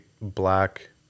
black